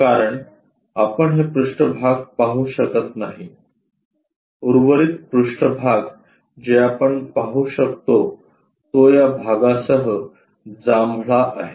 कारण आपण हे पृष्ठभाग पाहू शकत नाही उर्वरित पृष्ठभाग जे आपण पाहू शकतो तो या भागासह जांभळा आहे